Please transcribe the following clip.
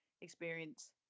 experience